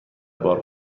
بار